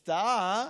הפתעה, אה?